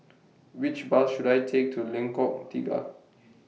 Which Bus should I Take to Lengkok Tiga